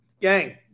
Gang